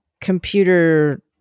computer